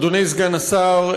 אדוני סגן השר,